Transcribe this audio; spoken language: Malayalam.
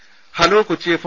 രുര ഹലോ കൊച്ചി എഫ്